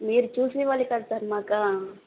మీరు చూసి ఇవ్వాలి కదా సార్ మాకు